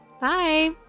bye